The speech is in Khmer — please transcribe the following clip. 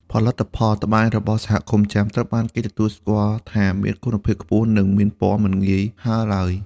ផលិតផលត្បាញរបស់សហគមន៍ចាម ត្រូវបានគេទទួលស្គាល់ថាមានគុណភាពខ្ពស់ និងមានពណ៌មិនងាយហើរឡើយ។